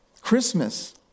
Christmas